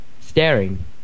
staring